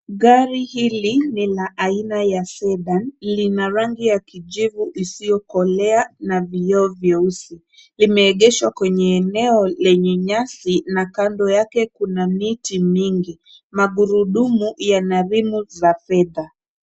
Gari hili ni la aina ya Sedan. Lina rangi ya kijivu isiyokolea na vioo vyeusi. Limeegeshwa kwenye eneo lenye nyasi na kando yake kuna miti mingi. Magurudumu yana rimu za fedha.